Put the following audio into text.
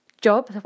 job